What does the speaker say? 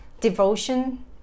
devotion